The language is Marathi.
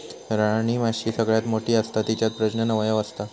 राणीमाशी सगळ्यात मोठी असता तिच्यात प्रजनन अवयव असता